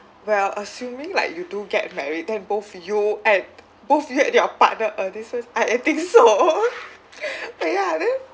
well assuming like you do get married then both you and both you and your partner earn this first I think so ya then